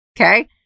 okay